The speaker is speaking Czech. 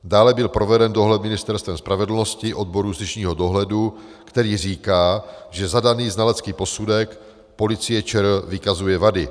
Dále byl proveden dohled Ministerstvem spravedlnosti, odboru justičního dohledu, který říká, že zadaný znalecký posudek Policie ČR vykazuje vady.